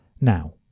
now